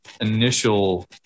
initial